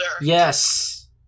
Yes